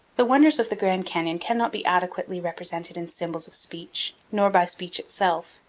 the wonders of the grand canyon cannot be adequately represented in symbols of speech, nor by speech itself.